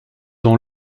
dans